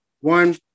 One